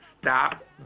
stop